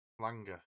Langer